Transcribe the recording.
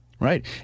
Right